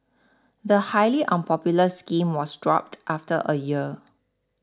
the highly unpopular scheme was dropped after a year